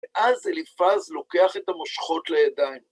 ואז אליפז לוקח את המושכות לידיים.